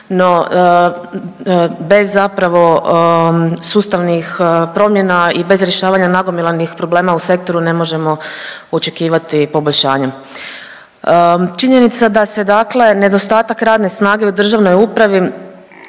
no bez zapravo sustavnih promjena i bez rješavanja nagomilanih problema u sektoru ne možemo očekivati poboljšanje. Činjenica da se dakle nedostatak radne snage u državnoj upravi